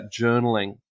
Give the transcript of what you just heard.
journaling